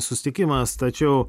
susitikimas tačiau